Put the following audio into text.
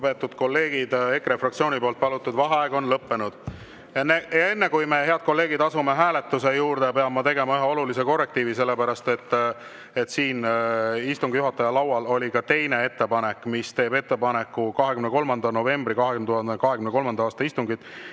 Lugupeetud kolleegid, EKRE fraktsiooni palutud vaheaeg on lõppenud. Enne, kui me, head kolleegid, asume hääletuse juurde, pean ma tegema ühe olulise korrektiivi, sellepärast et siin istungi juhataja laual on ka teine ettepanek, ettepanek pikendada 23. novembri 2023. aasta istungit